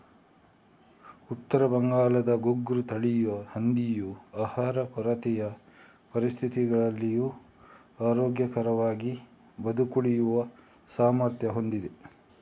ಉತ್ತರ ಬಂಗಾಳದ ಘುಂಗ್ರು ತಳಿಯ ಹಂದಿಯು ಆಹಾರ ಕೊರತೆಯ ಪರಿಸ್ಥಿತಿಗಳಲ್ಲಿಯೂ ಆರೋಗ್ಯಕರವಾಗಿ ಬದುಕುಳಿಯುವ ಸಾಮರ್ಥ್ಯ ಹೊಂದಿದೆ